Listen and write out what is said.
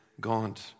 God